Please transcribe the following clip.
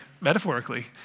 metaphorically